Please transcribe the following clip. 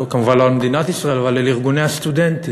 כמובן לא על מדינת ישראל אבל על ארגוני הסטודנטים,